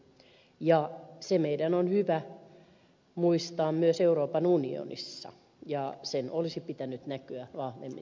se meidän on hyvä muistaa myös euroopan unionissa ja sen olisi pitänyt näkyä vahvemmin tässä selonteossa